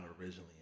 originally